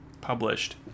published